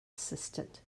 assistant